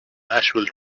nashville